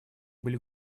были